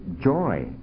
joy